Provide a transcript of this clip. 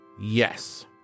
Yes